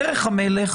דרך המלך